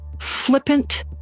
flippant